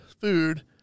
food